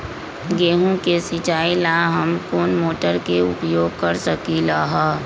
गेंहू के सिचाई ला हम कोंन मोटर के उपयोग कर सकली ह?